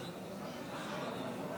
לא שומעים אותך טוב.